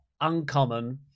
uncommon